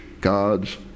God's